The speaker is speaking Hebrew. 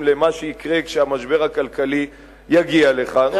ממה שיקרה כשהמשבר הכלכלי יגיע לכאן,